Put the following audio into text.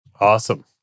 Awesome